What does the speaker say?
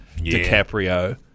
DiCaprio